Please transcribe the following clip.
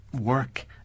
work